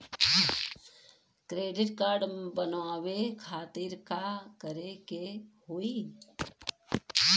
Credit card बनवावे खातिर का करे के होई?